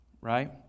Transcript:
right